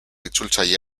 itzultzaile